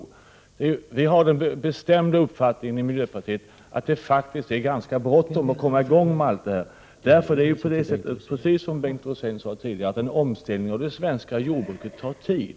Miljöpartiet har den bestämda uppfattningen att det är ganska bråttom att komma i gång med ett konkret arbete. Precis som Bengt Rosén sade tidigare tar ju en omställning av det svenska jordbruket tid.